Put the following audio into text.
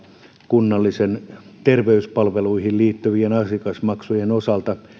kunnallisiin terveyspalveluihin liittyvien asiakasmaksujen osalta